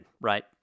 right